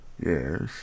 Yes